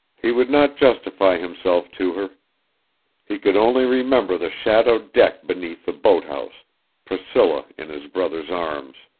he would not justify himself to her he could only remember the shadowed deck beneath the boat house priscilla in his brother's arms.